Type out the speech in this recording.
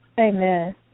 Amen